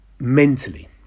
mentally